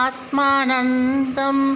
Atmanandam